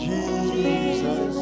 Jesus